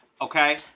Okay